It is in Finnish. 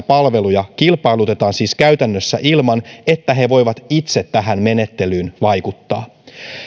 palveluja kilpailutetaan siis käytännössä ilman että he voivat itse tähän menettelyyn vaikuttaa